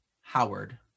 Howard